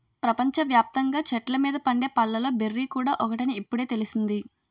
ప్రపంచ వ్యాప్తంగా చెట్ల మీద పండే పళ్ళలో బెర్రీ కూడా ఒకటని ఇప్పుడే తెలిసింది